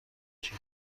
مچی